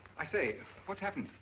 i say what happened?